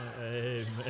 Amen